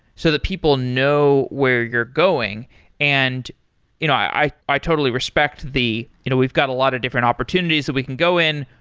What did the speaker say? so that people know where you're going and i i totally respect the you know we've got a lot of different opportunities that we can go in,